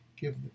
give